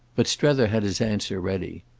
but strether had his answer ready.